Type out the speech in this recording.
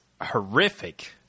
horrific